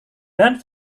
dan